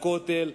לכותל,